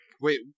wait